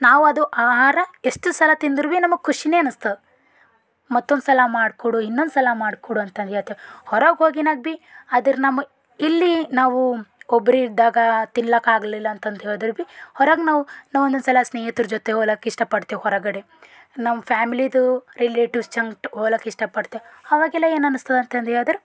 ನಾವು ಅದು ಆಹಾರ ಎಷ್ಟು ಸಲ ತಿಂದರೂ ಭಿ ನಮಗೆ ಖುಷಿಯೇ ಅನಿಸ್ತದೆ ಮತ್ತೊಂದು ಸಲ ಮಾಡಿಕೊಡು ಇನ್ನೊಂದು ಸಲ ಮಾಡ್ಕೊಡು ಅಂತ ನಾವು ಹೇಳ್ತೇವ್ ಹೊರಗೆ ಹೋಗಿನಾಗ ಭಿ ಅದರ ನಮಗೆ ಇಲ್ಲಿ ನಾವು ಒಬ್ಬರೇ ಇದ್ದಾಗ ತಿನ್ಲಿಕ್ಕಾಗ್ಲಿಲ್ಲ ಅಂತಂದು ಹೇಳ್ದುರು ಭಿ ಹೊರಗೆ ನಾವು ನಾವು ಒಂದೊಂದು ಸಲ ಸ್ನೇಹಿತ್ರ ಜೊತೆ ಹೋಗ್ಲಕ್ಕ ಇಷ್ಟಪಡ್ತೇವೆ ಹೊರಗಡೆ ನಮ್ಮ ಫ್ಯಾಮ್ಲಿದು ರಿಲೇಟಿವ್ಸ್ ಸಂಗ್ಟ ಹೋಗ್ಲಕ್ಕ ಇಷ್ಟಪಡ್ತೇವೆ ಅವಾಗೆಲ್ಲ ಏನು ಅನಿಸ್ತದೆ ಅಂತಂದು ಹೇಳಿದ್ರ್